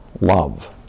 love